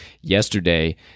yesterday